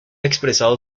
expresado